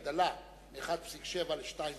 שאם תהיה הגדלה מ-1.7 ל-2.5,